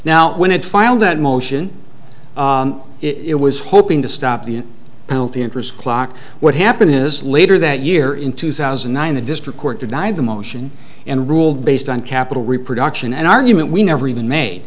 now when it filed that motion it was hoping to stop the penalty interest clock what happen is later that year in two thousand and nine the district court denied the motion and ruled based on capital reproduction an argument we never even made